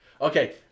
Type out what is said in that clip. Okay